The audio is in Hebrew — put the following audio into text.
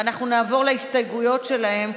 ואנחנו נעבור להסתייגויות שלהם,